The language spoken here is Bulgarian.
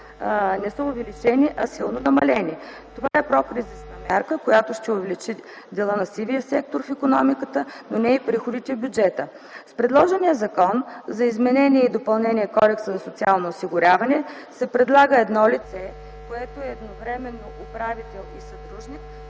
не са увеличени, а силно намалени. Това е прокризисна мярка, която ще увеличи дела на сивия сектор в икономиката, но не и приходите в бюджета. С предложения Закон за изменение и допълнение на Кодекса за социално осигуряване се предлага едно лице, което е едновременно управител и съдружник